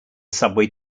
subway